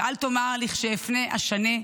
ואל תאמר לכשאפנה אשנה,